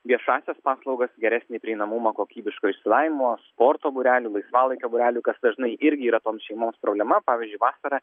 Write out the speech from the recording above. viešąsias paslaugas geresnį prieinamumą kokybiško išsilavinimo sporto būrelių laisvalaikio būrelių kas dažnai irgi yra toms šeimoms problema pavyzdžiui vasarą